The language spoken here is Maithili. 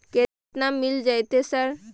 केतना मिल जेतै सर?